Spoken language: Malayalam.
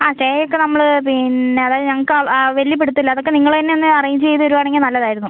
ആ സ്റ്റേ ഒക്കെ നമ്മൾ പിന്നെ അതായത് ഞങ്ങൾക്ക് ആ ആ വലിയ പിടിത്തം ഇല്ല അതൊക്കെ നിങ്ങൾ തന്നെ ഒന്ന് അറേഞ്ച് ചെയ്ത് തരുവാണെങ്കിൽ നല്ലത് ആയിരുന്നു